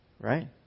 Right